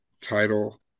title